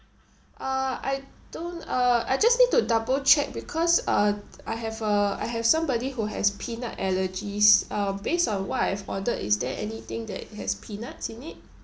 uh I don't uh I just need to double check because uh I have a I have somebody who has peanut allergies uh based on what I've ordered is there anything that has peanuts in it